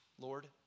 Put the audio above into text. Lord